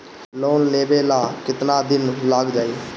Loan लेबे ला कितना दिन लाग जाई?